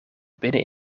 binnen